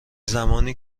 زمانی